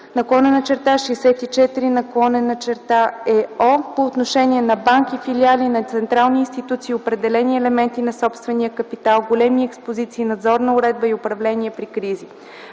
и 2007/64/ЕО по отношение на банки - филиали на централни институции, определени елементи на собствения капитал, големи експозиции, надзорна уредба и управление при кризи.